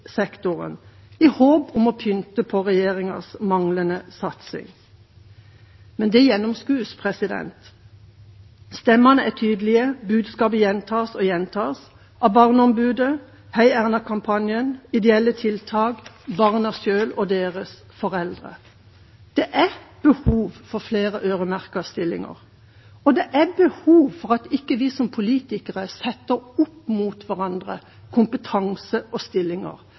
sektoren, i håp om å pynte på regjeringas manglende satsing. Men det gjennomskues. Stemmene er tydelige. Budskapet gjentas og gjentas – av Barneombudet, #heierna-kampanjen, ideelle tiltak, barna selv og deres foreldre. Det er behov for flere øremerkede stillinger, og det er behov for at vi som politikere ikke setter kompetanse og stillinger opp mot hverandre.